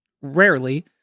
rarely